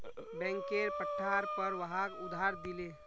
बैंकेर पट्टार पर वहाक उधार दिले